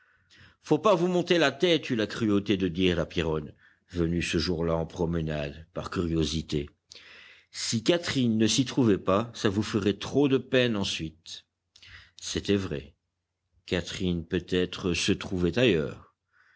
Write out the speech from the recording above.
faut pas vous monter la tête eut la cruauté de dire la pierronne venue ce jour-là en promenade par curiosité si catherine ne s'y trouvait pas ça vous ferait trop de peine ensuite c'était vrai catherine peut-être se trouvait ailleurs